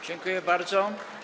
Dziękuję bardzo.